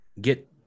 get